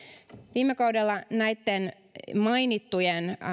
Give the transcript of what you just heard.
viime kaudella näitten mainittujen